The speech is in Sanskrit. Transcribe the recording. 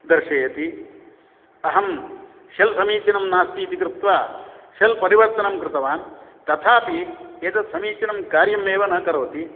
दर्शयति अहं शेल् समीचीनं नास्ति इति कृत्वा शेल् परिवर्तनं कृतवान् तथापि एतत् समीचीनं कार्यमेव न करोति